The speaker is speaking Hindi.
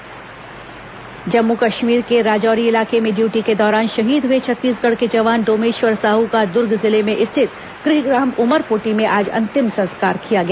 जवान श्रद्धांजलि जम्मू कश्मीर के राजौरी इलाके में ड्यूटी के दौरान शहीद हुए छत्तीसगढ़ के जवान डोमेश्वर साहू का द्र्ग जिले में स्थित गृहग्राम उमरपोटी में आज अंतिम संस्कार किया गया